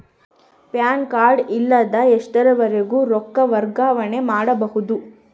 PAN card ಇಲ್ಲದ ಎಷ್ಟರವರೆಗೂ ರೊಕ್ಕ ವರ್ಗಾವಣೆ ಮಾಡಬಹುದು?